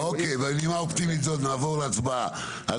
אוקיי, בנימה אופטימית זו נעבור להצבעה על